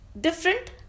different